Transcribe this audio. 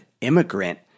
immigrant